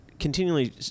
continually